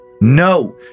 No